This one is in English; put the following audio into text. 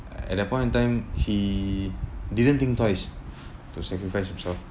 at that point of time he didn't think twice to sacrifice himself